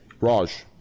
Raj